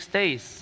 days